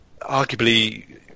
arguably